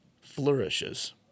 flourishes